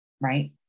right